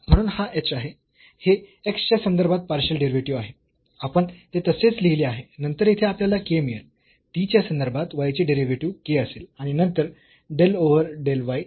म्हणून हा h आहे हे x च्या संदर्भात पार्शियल डेरिव्हेटिव्ह आहे आपण ते तसेच लिहिले आहे नंतर येथे आपल्याला k मिळेल t च्या संदर्भात y चे डेरिव्हेटिव्ह k असेल आणि नंतर डेल ओव्हर डेल y